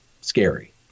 scary